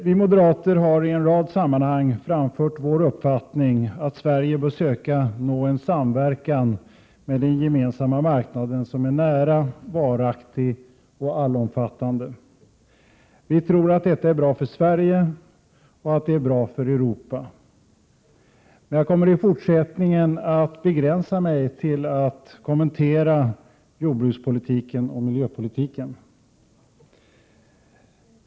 Vi moderater har i en rad sammanhang framfört vår uppfattning att Sverige bör söka nå en samverkan med den gemensamma marknaden som är nära, varaktig och allomfattande. Vi tror att detta är bra för Sverige och att det är bra för Europa. Jag kommer i fortsättningen att begränsa mig till att kommentera jordbrukspolitiken och miljöpolitiken.